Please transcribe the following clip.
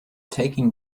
taking